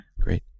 great